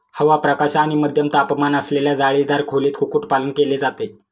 हवा, प्रकाश आणि मध्यम तापमान असलेल्या जाळीदार खोलीत कुक्कुटपालन केले जाते